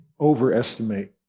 overestimate